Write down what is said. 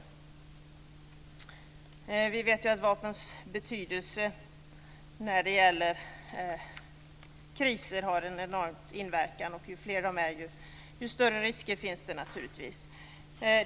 Vi vet ju att vapnens betydelse i kriser har en enorm inverkan, och ju fler de är, desto större risker finns det naturligtvis.